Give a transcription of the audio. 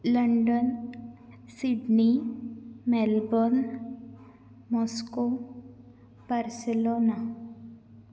London Sydney Melbourne Moscow Barcelona